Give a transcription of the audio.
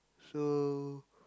so